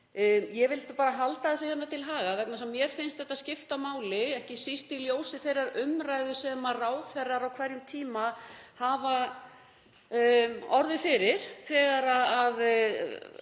Ég vildi bara halda þessu til haga vegna þess að mér finnst þetta skipta máli, ekki síst í ljósi þeirrar umræðu sem ráðherrar á hverjum tíma hafa orðið fyrir þegar